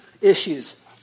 issues